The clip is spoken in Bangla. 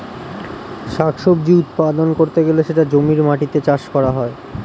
শাক সবজি উৎপাদন করতে গেলে সেটা জমির মাটিতে চাষ করা হয়